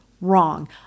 Wrong